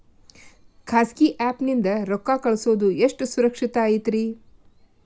ಖಾಸಗಿ ಆ್ಯಪ್ ನಿಂದ ರೊಕ್ಕ ಕಳ್ಸೋದು ಎಷ್ಟ ಸುರಕ್ಷತಾ ಐತ್ರಿ?